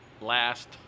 last